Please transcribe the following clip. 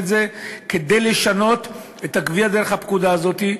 כדי לשנות את הגבייה דרך הפקודה הזאת.